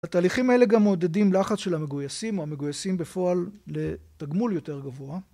התהליכים האלה גם מועדדים לחץ של המגויסים, או המגויסים בפועל לתגמול יותר גבוה.